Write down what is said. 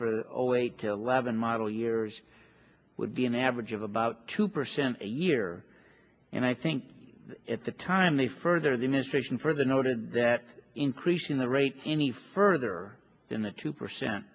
for a wait till eleven model years would be an average of about two percent a year and i think at the time the further the ministration for the noted that increasing the rate any further than the two percent